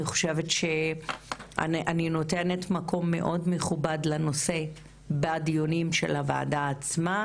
אני חושבת שאני נותנת מקום מאוד מכובד לנושא בדיונים של הוועדה עצמה,